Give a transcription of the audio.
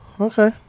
Okay